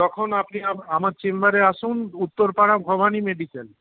তখন আপনি আমার চেম্বারে আসুন উত্তরপাড়া ভবানী মেডিকেল